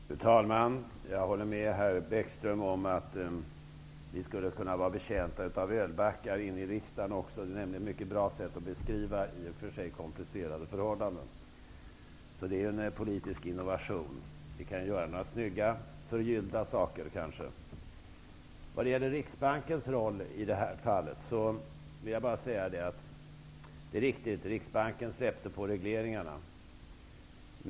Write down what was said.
Fru talman! Jag håller med herr Bäckström om att vi skulle kunna vara betjänta av ölbackar inne i riksdagen också. Det är nämligen ett mycket bra sätt att beskriva i och för sig komplicerade förhållanden. Det är en politisk innovation. Vi kan kanske skaffa några snygga, förgyllda. När det gäller Riksbankens roll i det här sammanhanget vill jag bara säga att det är riktigt att Riksbanken släppte på regleringarna.